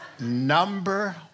Number